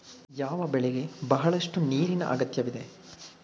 ಯಾವ ಬೆಳೆಗೆ ಬಹಳಷ್ಟು ನೀರಿನ ಅಗತ್ಯವಿದೆ?